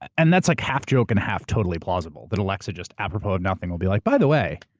and that's like half joke and half totally plausible, that alexa just apropos of nothing will be like, by the way,